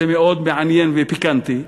זה מאוד מעניין ופיקנטי,